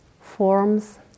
forms